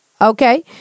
okay